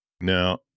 now